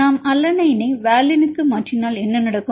நாம் அலனைனை வாலினுக்கு மாற்றினால் என்ன நடக்கும்